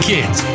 Kids